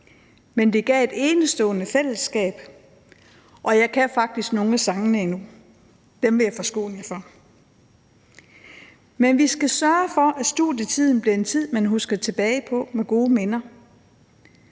men det gav et enestående fællesskab, og jeg kan faktisk nogle af sangene endnu; dem vil jeg forskåne jer for. Men vi skal sørge for, at studietiden bliver en tid, man husker tilbage på med gode minder.